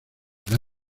del